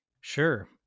Sure